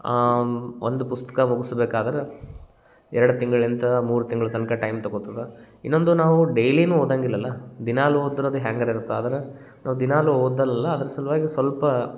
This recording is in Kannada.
ಆಂ ಒಂದು ಪುಸ್ತಕ ಮುಗಿಸ್ಬೇಕಾದ್ರ ಎರಡು ತಿಂಗ್ಳಿಂದ ಮೂರು ತಿಂಗ್ಳ ತನಕ ಟೈಮ್ ತಕೊತದೆ ಇನ್ನೊಂದು ನಾವು ಡೈಲಿಯೂ ಓದಂಗಿಲ್ಲಲ್ಲ ದಿನಾಲೂ ಓದ್ರೆ ಅದು ಹ್ಯಾಂಗಾರ ಇರತ್ತೆ ಆದ್ರೆ ನಾವು ದಿನಾಲೂ ಓದಲ್ಲಲ್ಲ ಅದ್ರ ಸಲುವಾಗಿ ಸಲ್ಪ